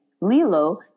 Lilo